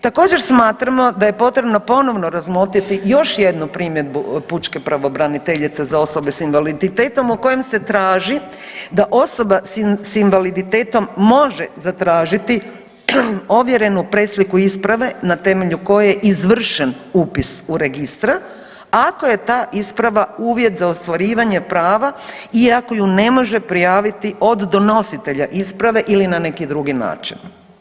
Također smatramo da je potrebno ponovno razmotriti još jednu primjedbu pučke pravobraniteljice za osobe sa invaliditetom u kojem se traži da osoba sa invaliditetom može zatražiti ovjerenu presliku isprave na temelju koje je izvršen upis u registar ako je ta isprava uvjet za ostvarivanje prava i ako je ne može prijaviti od donositelja isprave ili na neki drugi način.